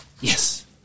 Yes